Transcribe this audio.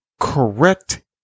correct